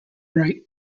right